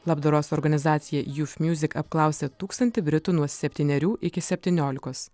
labdaros organizacija youth music apklausė tūkstantį britų nuo septynerių iki septyniolikos